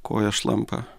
kojos šlampa